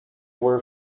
were